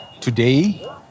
today